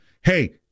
Hey